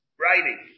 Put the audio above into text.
writing